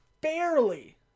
barely